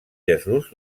jesús